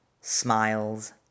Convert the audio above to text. smiles